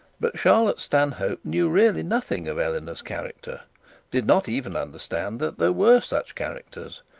but charlotte stanhope knew really nothing of eleanor's character did not even understand that there were such characters.